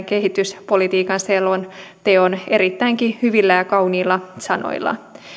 kehityspolitiikan selonteon erittäinkin hyvillä ja kauniilla sanoilla